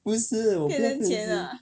不是我变成金